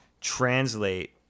translate